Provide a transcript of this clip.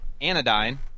Anodyne